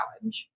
challenge